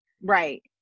Right